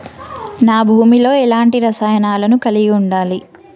నా భూమి లో ఎలాంటి రసాయనాలను కలిగి ఉండాలి?